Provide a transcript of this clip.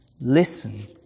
listen